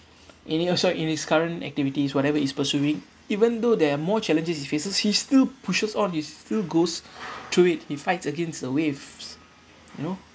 in it also in his current activities whatever he's pursuing even though there are more challenges he faces he still pushes on he still goes through it he fights against the waves you know